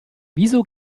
wieso